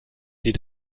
sie